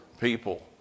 people